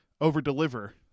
over-deliver